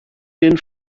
den